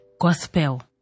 Gospel